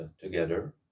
together